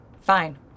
Fine